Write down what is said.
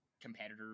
competitor